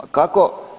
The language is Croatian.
A kako?